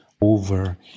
over